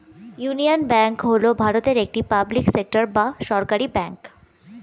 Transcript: union bank হল ভারতের একটি পাবলিক সেক্টর বা সরকারি ব্যাঙ্ক